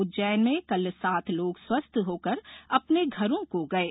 उज्जैन में कल सात लोग स्वस्थ होकर अपने घरों को गये